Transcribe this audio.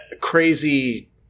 crazy